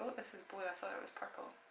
this is blue, i thought it was purple!